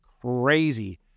crazy